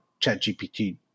ChatGPT